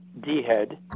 d-head